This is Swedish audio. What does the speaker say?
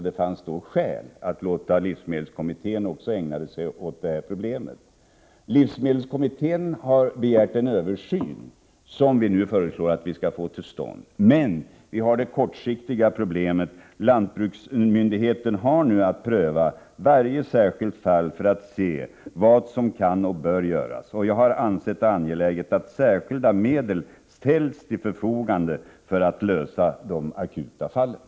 Det fanns då skäl att låta livsmedelskommittén också ägna sig åt problemet. Livsmedelskommittén har begärt en översyn som nu skall komma till stånd, men på kort sikt har lantbruksmyndigheten nu att pröva varje särskilt fall för att se vad som kan och bör göras. Jag har ansett det angeläget att särskilda medel ställs till förfogande för en lösning i de akuta fallen.